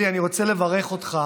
אלי, אני רוצה לברך אותך